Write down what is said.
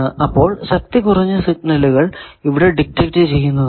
അപ്പൊൾ ശക്തികുറഞ്ഞ സിഗ്നലുകൾ ഇവിടെ ഡിറ്റക്ട് ചെയ്യുന്നതാണ്